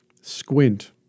squint